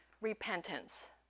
repentance